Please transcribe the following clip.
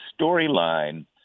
storyline